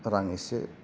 रां एसे